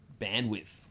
bandwidth